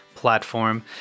platform